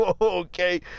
okay